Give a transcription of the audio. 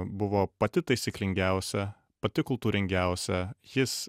buvo pati taisyklingiausia pati kultūringiausia jis